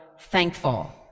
thankful